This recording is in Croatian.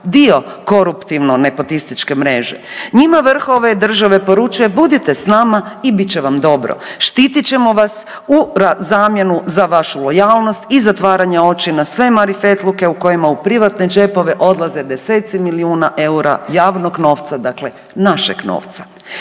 dio koruptivno nepotističke mreže. Njima vrh ove države poručuje budite s nama i bit će vam dobro, štitit ćemo vas u zamjenu za vašu lojalnost i zatvaranja oči na sve marifetluke u kojima u privatne džepove odlaze deseci milijuna eura javnog novca, dakle našeg novca.